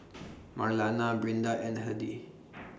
Marlana Brinda and Hedy